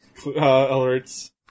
alerts